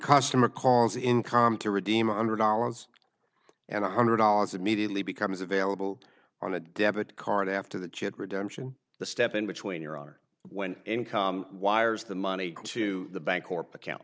customer calls in com to redeem a hundred dollars and a hundred dollars immediately becomes available on a debit card after the chip redemption the step in between your honor when income wires the money to the bancorp account